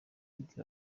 imiti